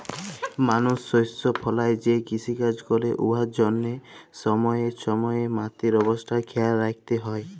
মালুস শস্য ফলাঁয় যে কিষিকাজ ক্যরে উয়ার জ্যনহে ছময়ে ছময়ে মাটির অবস্থা খেয়াল রাইখতে হ্যয়